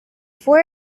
four